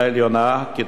כיתות י' י"ב,